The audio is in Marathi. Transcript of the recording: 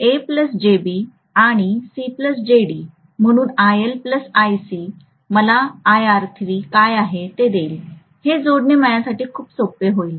म्हणून आणि म्हणून मला काय आहे ते देईल हे जोडणे माझ्यासाठी खूप सोपे होईल